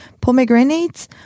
pomegranates